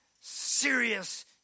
serious